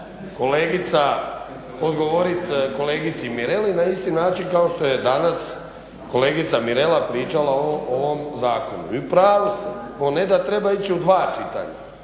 kolegica odgovorit kolegici Mireli na isti način kao što je danas kolegica Mirela pričala o ovom zakonu i u pravu ste, ovo ne da treba ići u dva čitanja,